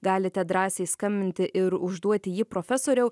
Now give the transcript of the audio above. galite drąsiai skambinti ir užduoti jį profesoriau